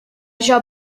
shall